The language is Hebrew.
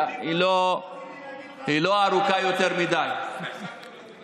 היא לא ארוכה יותר מדי ושהעיכוב